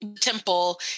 temple